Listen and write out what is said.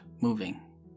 moving